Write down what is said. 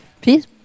Please